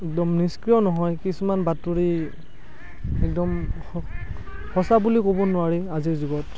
একদম নিষ্ক্ৰিয় নহয় কিছুমান বাতৰি একদম সঁচা বুলিও ক'ব নোৱাৰি আজিৰ যুগত